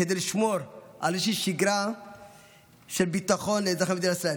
כדי לשמור על איזושהי שגרה של ביטחון לאזרחי מדינת ישראל.